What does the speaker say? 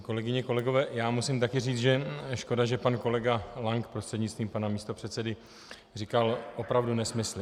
Kolegyně, kolegové, já musím také říct, že škoda, že pan kolega Lank prostřednictvím pana místopředsedy říkal opravdu nesmysly.